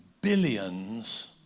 billions